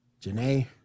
Janae